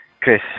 Chris